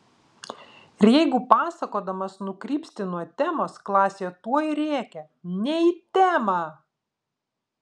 ir jeigu pasakodamas nukrypsti nuo temos klasė tuoj rėkia ne į temą